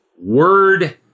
word